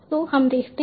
तो हम देखते हैं